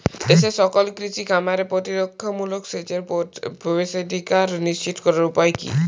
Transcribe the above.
দেশের সকল কৃষি খামারে প্রতিরক্ষামূলক সেচের প্রবেশাধিকার নিশ্চিত করার উপায় কি?